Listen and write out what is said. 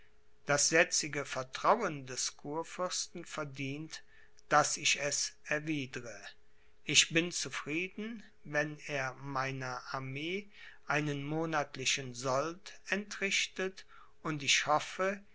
das jetzige vertrauen des kurfürsten verdient daß ich es erwiedre ich bin zufrieden wenn er meiner armee einen monatlichen sold entrichtet und ich hoffe